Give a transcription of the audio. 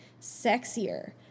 sexier